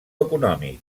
econòmic